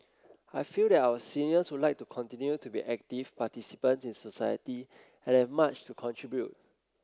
I feel that our seniors would like to continue to be active participants in society and have much to contribute